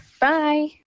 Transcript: Bye